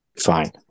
Fine